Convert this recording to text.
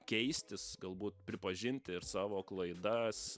keistis galbūt pripažinti ir savo klaidas